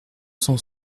cent